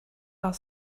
are